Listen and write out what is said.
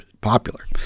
popular